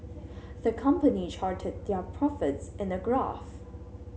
the company charted their profits in a graph